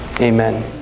Amen